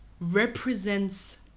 represents